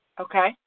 Okay